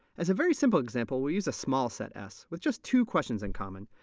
as a very simple example, we use a small set s with just two questions in common,